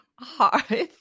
hard